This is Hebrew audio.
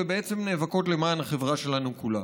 ובעצם נאבקות למען החברה שלנו כולה.